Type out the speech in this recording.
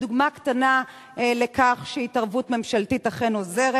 דוגמה קטנה לכך שהתערבות ממשלתית אכן עוזרת: